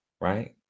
right